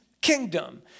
kingdom